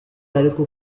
ariko